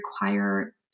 require